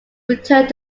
returned